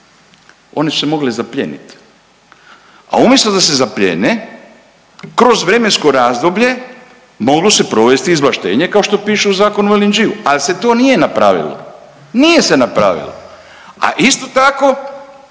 One su se mogle zaplijeniti. A umjesto da se zaplijene kroz vremensko razdoblje moglo se provesti izvlaštenje kao što piše u Zakonu o LNG-u ali se to nije napravilo. Nije se napravilo, a isto tako